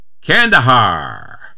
Kandahar